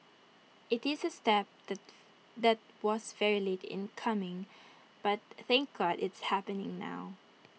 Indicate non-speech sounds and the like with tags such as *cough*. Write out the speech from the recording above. IT is A step *unintelligible* that was very late in coming but thank God it's happening now